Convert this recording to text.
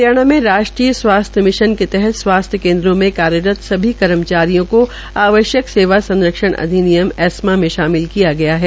हरियाणा में राष्ट्रीय स्वास्थ्य मिशन तहत स्वास्थ्य केन्दों में कार्यरत सभी कर्मचारियों को आवश्यक सेवा संरक्षण अधिनियम एस्मा में शामिल किया गया है